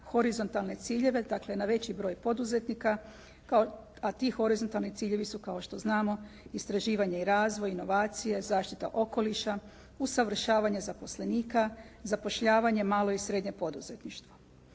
horizontalne ciljeve, dakle, na veći broj poduzetnika a ti horizontalni ciljevi su kao što znamo, istraživanje i razvoj, inovacije, zaštita okoliša, usavršavanje zaposlenika, zapošljavanje malo i srednje poduzetništvo.